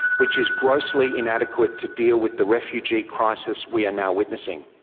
which is grossly inadequate to deal with the refugee crisis we are now witnessing.